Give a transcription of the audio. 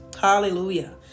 Hallelujah